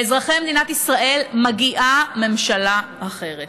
לאזרחי מדינת ישראל מגיעה ממשלה אחרת,